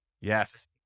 Yes